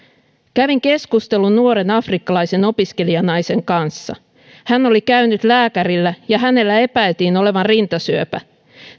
kävin keskustelun nuoren afrikkalaisen opiskelijanaisen kanssa hän oli käynyt lääkärillä ja hänellä epäiltiin olevan rintasyöpä